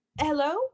hello